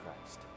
Christ